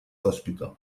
hospital